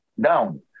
down